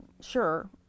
sure